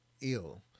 ill